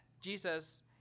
Jesus